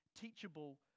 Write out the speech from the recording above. teachable